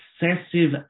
excessive